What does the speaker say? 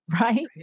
right